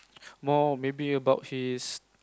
more maybe about his